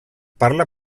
parla